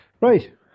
Right